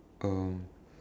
um